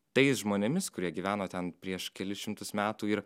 tais žmonėmis kurie gyveno ten prieš kelis šimtus metų ir